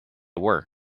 were